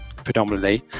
predominantly